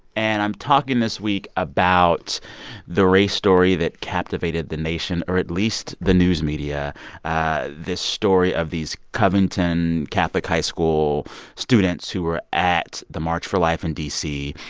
and i'm talking this week about the race story that captivated the nation, or at least the news media ah this story of these covington catholic high school students who were at the march for life in d c.